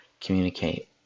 communicate